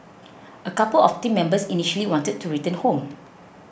a couple of the team members initially wanted to return home